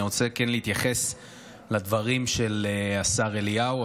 אני כן רוצה להתייחס לדברים של השר אליהו,